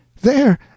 There